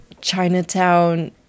Chinatown